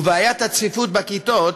ובעיית הצפיפות בכיתות